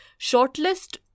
Shortlist